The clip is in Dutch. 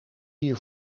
die